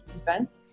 events